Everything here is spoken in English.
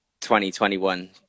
2021